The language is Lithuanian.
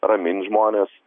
ramint žmones